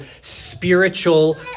spiritual